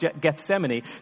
Gethsemane